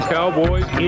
Cowboys